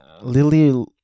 Lily